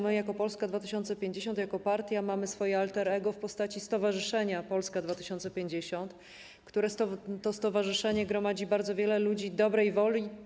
My jako Polska 2050, jako partia mamy swoje alter ego w postaci stowarzyszenia Polska 2050, które to stowarzyszenie gromadzi bardzo wiele ludzi dobrej woli.